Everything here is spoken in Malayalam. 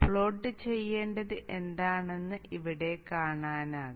പ്ലോട്ട് ചെയ്യേണ്ടത് എന്താണെന്ന് ഇവിടെ കാണാനാകും